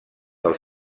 del